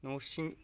न' सिं